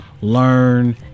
learn